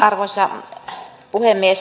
arvoisa puhemies